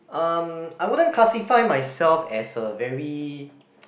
um I wouldn't classify myself as a very